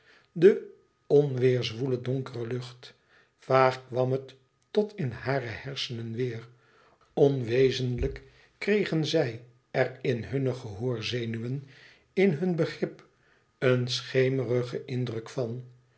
de onweêrzwoele donkere lucht vaag kwam het tot in hare hersenen weêr onwezenlijk kregen zij er in hunne gehoorzenuwen in hun begrip een schemerigen indruk van